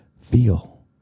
feel